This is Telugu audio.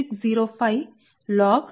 Ls 0